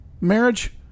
marriage